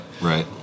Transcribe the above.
right